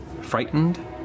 frightened